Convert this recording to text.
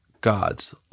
gods